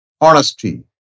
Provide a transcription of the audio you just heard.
Honesty